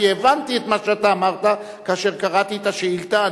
כי הבנתי את מה שאתה אמרת כאשר קראתי את השאילתא,